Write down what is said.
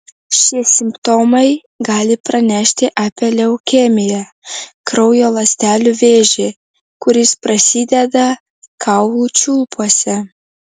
šie simptomai gali pranešti apie leukemiją kraujo ląstelių vėžį kuris prasideda kaulų čiulpuose